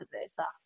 versa